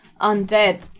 undead